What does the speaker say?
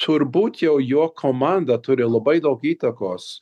turbūt jau jo komanda turi labai daug įtakos